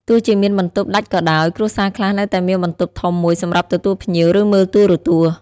ទោះជាមានបន្ទប់ដាច់ក៏ដោយ គ្រួសារខ្លះនៅតែមានបន្ទប់ធំមួយសម្រាប់ទទួលភ្ញៀវ ឬមើលទូរទស្សន៍។